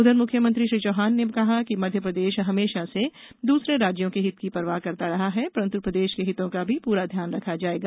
उधर मुख्यमंत्री श्री चौहान ने कहा कि मध्यप्रदेश हमेशा से दूसरे राज्यों के हितों की परवाह करता रहा है परंत प्रदेश के हितों का भी पुरा ध्यान रखा जाएगा